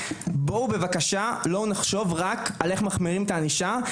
בואו בבקשה לא נחשוב רק על איך מחמירים את הענישה,